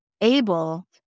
able